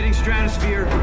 stratosphere